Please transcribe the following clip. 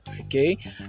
Okay